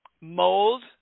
mold